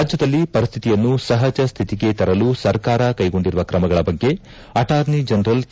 ರಾಜ್ಯದಲ್ಲಿ ಪರಿಸ್ಥಿತಿಯನ್ನು ಸಹಜ ಸ್ಥಿತಿಗೆ ತರಲು ಸರ್ಕಾರ ಕೈಗೊಂಡಿರುವ ತ್ರಮಗಳ ಬಗ್ಗೆ ಅಟಾರ್ನಿ ಜನರಲ್ ಕೆ